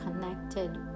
connected